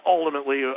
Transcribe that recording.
Ultimately